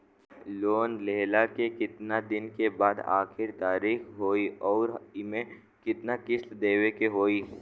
Loan लेहला के कितना दिन के बाद आखिर तारीख होई अउर एमे कितना किस्त देवे के होई?